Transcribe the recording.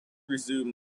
resumed